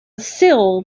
sill